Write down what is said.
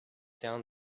down